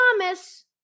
Thomas